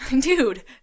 Dude